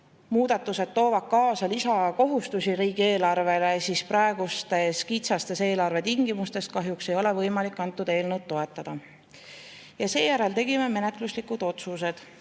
muudatused toovad kaasa lisakohustusi riigieelarvele, siis praegustes kitsastes eelarvetingimustes kahjuks ei ole võimalik seda eelnõu toetada. Seejärel tegime menetluslikud otsused.